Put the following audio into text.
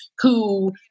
who-